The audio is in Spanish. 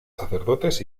sacerdotes